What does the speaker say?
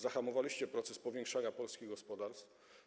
Zahamowaliście proces powiększania polskich gospodarstw.